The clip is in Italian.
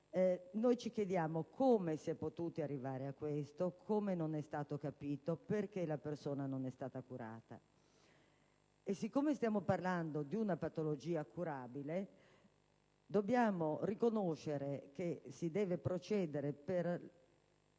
ci chiediamo come si sia potuti arrivare a questo, perché non sia stato capito, perché la persona non sia stata curata, e siccome stiamo parlando di una patologia curabile, dobbiamo riconoscere che si deve procedere con